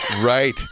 Right